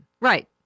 right